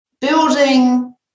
building